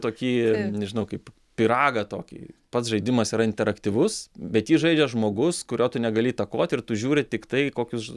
tokį nežinau kaip pyragą tokį pats žaidimas yra interaktyvus bet jį žaidžia žmogus kurio tu negali įtakoti ir tu žiūri tiktai kokius